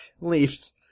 leaves